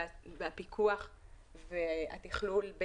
הפיקוח והתכלול,